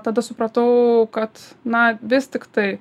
tada supratau kad na vis tiktai